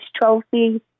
trophy